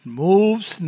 moves